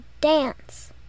dance